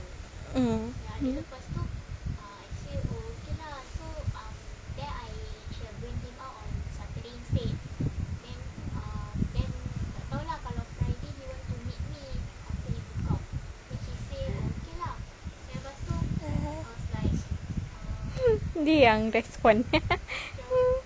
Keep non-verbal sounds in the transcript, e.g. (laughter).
mm dia yang respond (laughs)